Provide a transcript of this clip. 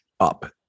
up